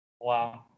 Wow